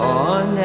on